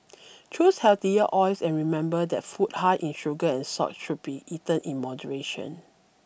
choose healthier oils and remember that food high in sugar and salt should be eaten in moderation